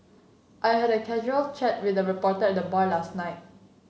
I had a casual chat with a reporter at the bar last night